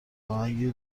اهنگی